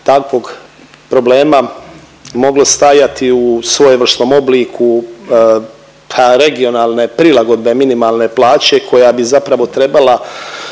takvog problema moglo stajati u svojevrsnom obliku pa regionalne prilagodbe minimalne plaće koja bi zapravo trebala,